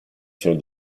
siano